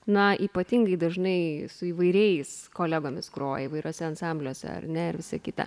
na ypatingai dažnai su įvairiais kolegomis groja įvairiuose ansambliuose ar ne ir visa kita